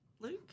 Luke